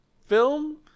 film